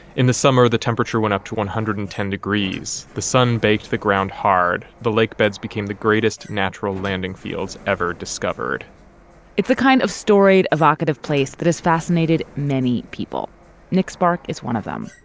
in the summer, the temperature went up to one hundred and ten degrees. the sun baked the ground hard. the lakebeds became the greatest natural landing fields ever discovered it's a kind of storied, evocative place that has fascinated many people nick spark is one of them.